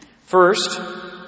First